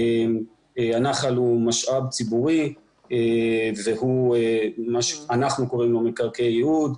הנחל הוא משאב ציבורי והוא מה שאנחנו קוראים מקרקעי ייעוד,